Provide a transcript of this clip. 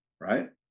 right